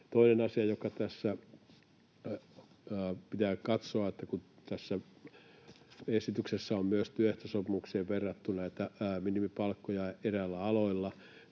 Toinen asia, joka tässä pitää katsoa: Kun tässä esityksessä on myös työehtosopimukseen verrattu näitä minimipalkkoja eräillä aloilla,